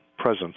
presence